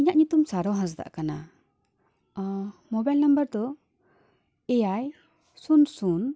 ᱤᱧᱟᱹᱜ ᱧᱩᱛᱩᱢ ᱥᱟᱨᱚ ᱦᱟᱸᱥᱫᱟ ᱠᱟᱱᱟ ᱢᱳᱵᱟᱭᱤᱞ ᱱᱟᱢᱵᱟᱨ ᱫᱚ ᱮᱭᱟᱭ ᱥᱩᱱ ᱥᱩᱱ